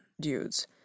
dudes